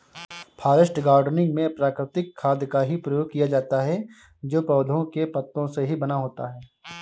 forest gardening में प्राकृतिक खाद का ही प्रयोग किया जाता है जो पौधों के पत्तों से ही बना होता है